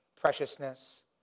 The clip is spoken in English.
preciousness